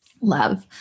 Love